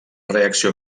reacció